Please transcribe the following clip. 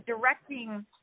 directing